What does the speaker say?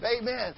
Amen